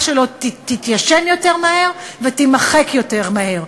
שלו תתיישן יותר מהר ותימחק יותר מהר.